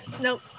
nope